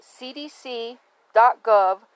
cdc.gov